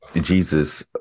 jesus